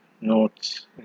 notes